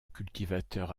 cultivateur